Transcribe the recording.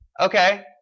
Okay